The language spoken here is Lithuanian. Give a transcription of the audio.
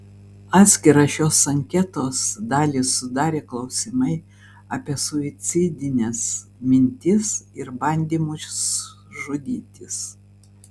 atskirą šios anketos dalį sudarė klausimai apie suicidines mintis ir bandymus žudytis